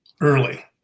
early